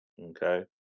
Okay